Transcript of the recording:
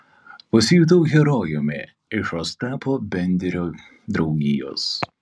pasijutau herojumi iš ostapo benderio draugijos